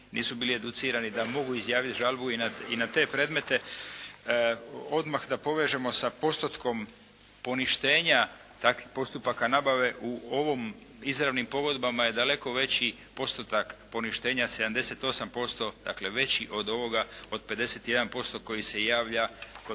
nisu bili educirani da mogu izjaviti žalbu i na te predmete. Odmah da povežemo sa postotkom poništenja takvih postupaka nabave u ovom, izravnim pogodbama je daleko veći postotak poništenja 78% dakle veći od ovoga od 51% koji se javlja u